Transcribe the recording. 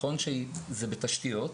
נכון שזה בתשתיות,